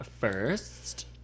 first